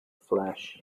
flash